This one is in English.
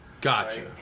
Gotcha